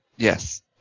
Yes